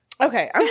Okay